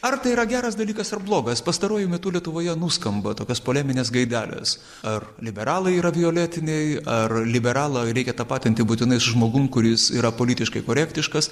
ar tai yra geras dalykas ar blogas pastaruoju metu lietuvoje nuskamba tokios poleminės gaidelės ar liberalai yra violetiniai ar liberalą reikia tapatinti būtinai su žmogum kuris yra politiškai korektiškas